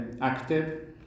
active